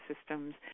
systems